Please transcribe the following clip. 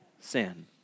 sin